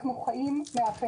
אנו חיים מהפנסיה.